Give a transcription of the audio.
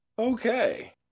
Okay